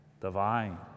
divine